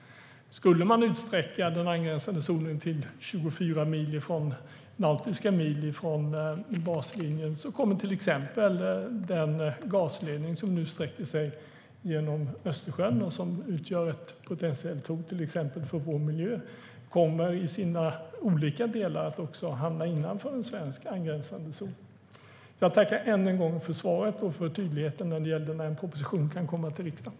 Om den angränsande zonen skulle utsträckas till 24 nautiska mil från baslinjen kommer till exempel den gasledning som nu sträcker sig genom Östersjön och som utgör ett potentiellt hot för vår miljö i sina olika delar att hamna innanför den svenska angränsande zonen. Jag tackar än en gång för svaret och för tydligheten om när propositionen kan komma till riksdagen.